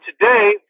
today